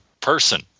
person